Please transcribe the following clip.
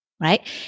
Right